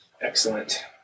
Excellent